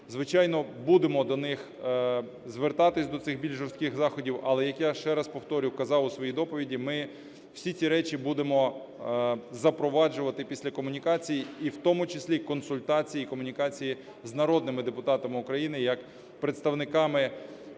звичайно, будемо до них звертатись, до цих більш жорстких заходів. Але, ще раз повторюю, як казав у своїй доповіді, ми всі ці речі будемо запроваджувати після комунікацій, і в тому числі консультації і комунікації з народними депутатами України як представниками,